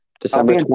December